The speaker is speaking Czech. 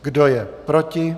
Kdo je proti?